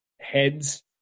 heads